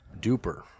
Duper